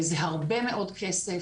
זה הרבה מאוד כסף,